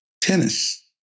tennis